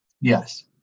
Yes